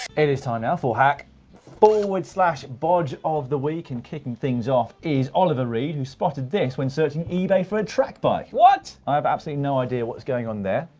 it is time now for hack forward slash bodge of the week and kicking things off is oliver reed, who spotted this when searching ebay for a track bike. what? i have absolutely no idea what's going on there.